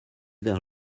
vers